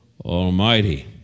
Almighty